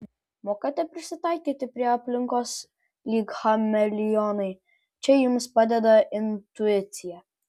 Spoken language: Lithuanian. mokate prisitaikyti prie aplinkos lyg chameleonai čia jums padeda intuicija